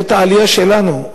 זאת העלייה שלנו.